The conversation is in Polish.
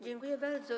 Dziękuję bardzo.